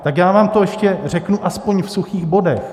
Tak já vám to ještě řeknu aspoň v suchých bodech.